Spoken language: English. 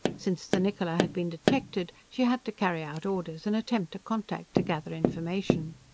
since the niccola had been detected, she had to carry out orders and attempt a contact to gather information.